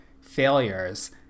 failures